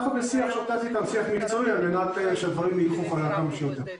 אנחנו בשיח מקצועי שוטף אתם על מנת שהדברים ילכו חלק כמה שיותר.